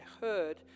heard